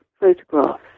photographs